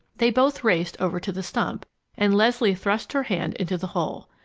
they both raced over to the stump and leslie thrust her hand into the hole.